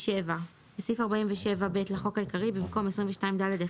4727.בסעיף 47(ב) לחוק העיקרי, במקום "או 22ד1,